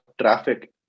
traffic